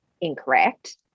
incorrect